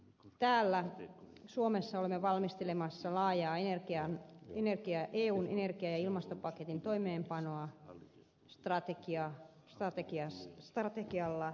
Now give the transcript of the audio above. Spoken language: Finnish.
täällä suomessa olemme valmistelemassa laajaa eun energia ja ilmastopaketin toimeenpanoa strategialla ja tulevaisuusselonteolla